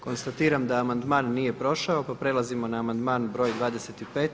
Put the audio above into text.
Konstatiram da amandman nije prošao pa prelazimo na amandman broj 25.